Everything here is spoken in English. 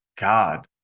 God